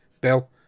Bill